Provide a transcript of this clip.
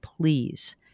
please